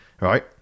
right